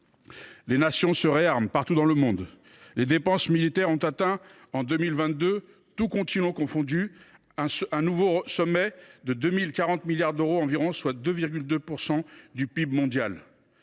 les nations se réarment. Les dépenses militaires ont atteint en 2022, tous continents confondus, un nouveau sommet de 2 040 milliards d’euros environ, soit 2,2 % du PIB mondial.